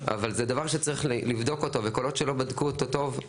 זה דבר שצריך לבדוק אותו וכל עוד שלא בדקו אותו טוב,